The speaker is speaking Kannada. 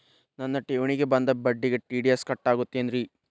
ನನ್ನ ಠೇವಣಿಗೆ ಬಂದ ಬಡ್ಡಿಗೆ ಟಿ.ಡಿ.ಎಸ್ ಕಟ್ಟಾಗುತ್ತೇನ್ರೇ?